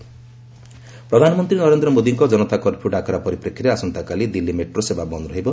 Delhi metro ପ୍ରଧାନମନ୍ତ୍ରୀ ନରେନ୍ଦ୍ର ମୋଦିଙ୍କ Janata curfew ଡାକରା ପରିପ୍ରେକ୍ଷୀରେ ଆସନ୍ତାକାଲି ଦିଲ୍ଲୀ ମେଟ୍ରୋ ସେବା ବନ୍ଦ୍ ରହିବ